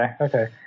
okay